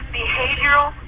behavioral